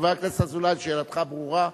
חבר הכנסת אזולאי, שאלתך ברורה.